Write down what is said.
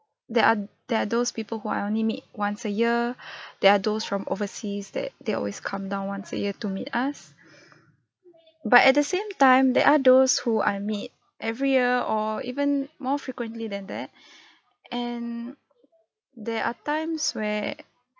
there are there are those people who I only meet once a year there are those from overseas that they always come down once a year to meet us but at the same time there are those who I meet every year or even more frequently than that and there are times where